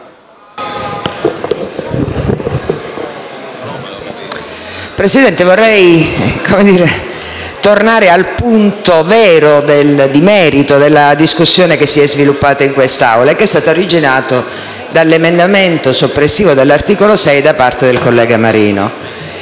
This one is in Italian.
Presidente, vorrei tornare al punto vero, di merito, della discussione che si è sviluppata in Assemblea e che si è originata dall'emendamento soppressivo dell'articolo 6, presentato del collega senatore